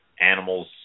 animals